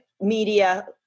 media